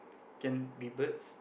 can be birds